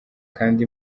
kandi